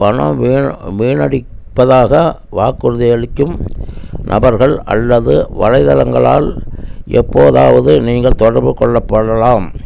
பணம் வீண் வீணடிப்பதாக வாக்குறுதியளிக்கும் நபர்கள் அல்லது வலைதளங்களால் எப்போதாவது நீங்கள் தொடர்பு கொள்ளப்படலாம்